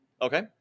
Okay